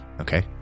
Okay